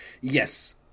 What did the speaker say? Yes